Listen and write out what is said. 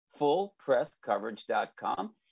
fullpresscoverage.com